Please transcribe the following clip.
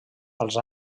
als